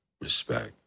respect